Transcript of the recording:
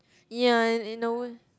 ya and and in a way